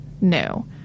No